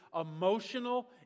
emotional